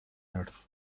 earth